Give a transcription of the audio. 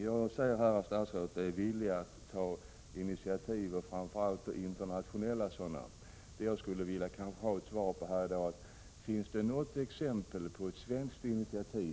Jag ser här att statsrådet är villig att ta initiativ, framför allt internationella initiativ. Jag skulle vilja fråga: Kan statsrådet i dag här i kammaren ge exempel på ett svenskt initiativ?